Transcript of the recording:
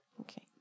Okay